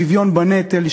שוויון בנטל,